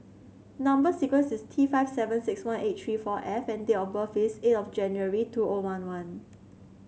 number sequence is T five seven six one eight three four F and date of birth is eight of January two O one one